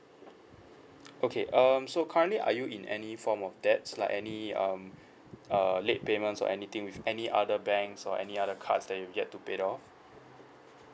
okay um so currently are you in any form of debts like any um uh late payments or anything with any other banks or any other cards that you've yet to paid off